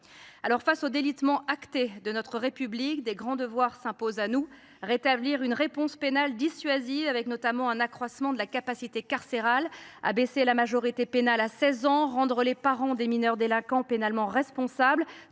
Face au délitement acté de notre République, de grands devoirs s’imposent à nous : rétablir une réponse pénale dissuasive, avec notamment un accroissement de la capacité carcérale ; abaisser la majorité pénale à 16 ans ; rendre les parents des mineurs délinquants pénalement responsables